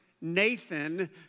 Nathan